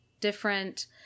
different